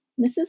Mrs